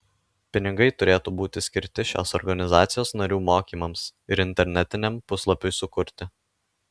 pinigai turėtų būti skirti šios organizacijos narių mokymams ir internetiniam puslapiui sukurti